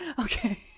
okay